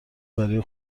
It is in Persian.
برای